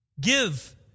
give